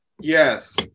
Yes